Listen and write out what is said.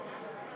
אנחנו עוברים,